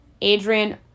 Adrian